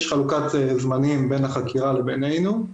יש חלוקת זמנים בין החקירה לבינינו.